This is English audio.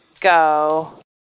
go